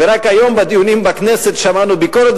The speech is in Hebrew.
ורק היום בדיונים בכנסת שמענו ביקורת,